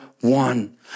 one